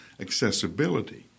accessibility